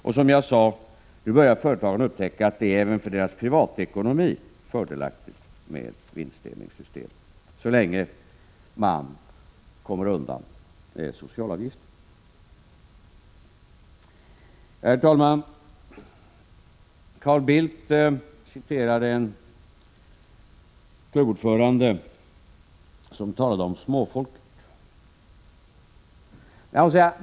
Och, som jag sagt, nu börjar företagarna upptäcka att det även för deras privatekonomi är fördelaktigt med vinstdelningssystem så länge man kommer undan från socialavgifter. Herr talman! Carl Bildt citerade en klubbordförande, som talade om småfolket.